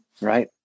right